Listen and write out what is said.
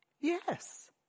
yes